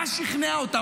מה שכנע אותם?